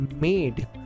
made